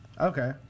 Okay